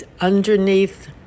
Underneath